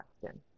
question